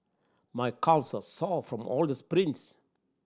my calves are sore from all the sprints